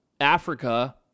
Africa